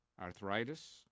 Arthritis